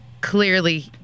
clearly